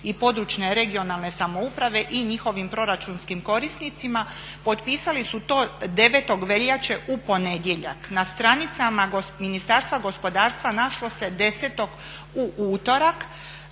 i područne (regionalne) samouprave i njihovim proračunskim korisnicima. Potpisali su to 9. veljače u ponedjeljak. Na stranicama Ministarstva gospodarstva našlo se 10.-og u utorak.